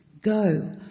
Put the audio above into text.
Go